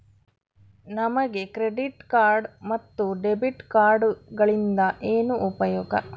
ನಮಗೆ credit card ಮತ್ತು debit ಕಾರ್ಡುಗಳಿಂದ ಏನು ಉಪಯೋಗ?